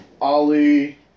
Ali